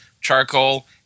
charcoal